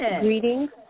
greetings